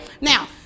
Now